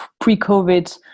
pre-COVID